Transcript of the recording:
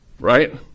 right